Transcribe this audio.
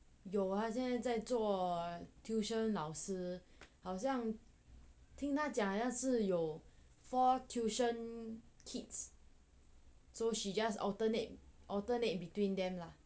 有啊现在在做 tuition 老师好像听他讲好像有 four tuition kids so she just alternate alternate between them lah